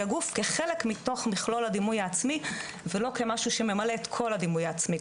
הגוף כחלק מתוך הדימוי העצמי ולא כמשהו שממלא את כל הדימוי העצמי,